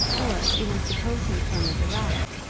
or, even suppose him firm as a rock,